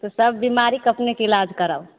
तऽ सभ बीमारीके अपनेके इलाज कराउ